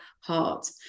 heart